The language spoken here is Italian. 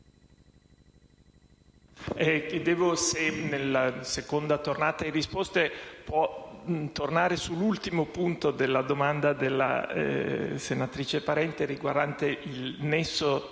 potrà, nella seconda tornata di risposte, tornare sull'ultimo punto della domanda della senatrice Parente riguardante il nesso tra